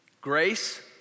grace